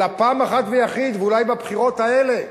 אלא פעם אחת, ואולי בבחירות האלה,